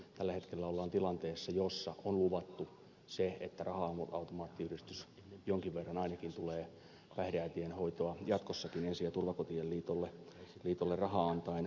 tällä hetkellä ollaan tilanteessa jossa on luvattu se että raha automaattiyhdistys jonkin verran ainakin tulee päihdeäitien hoitoa jatkossakin ensi ja turvakotien liitolle rahaa antaen rahoittamaan